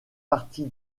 partie